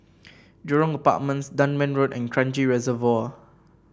Jurong Apartments Dunman Road and Kranji Reservoir